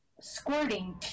Squirting